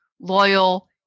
loyal